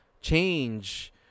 change